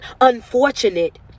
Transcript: unfortunate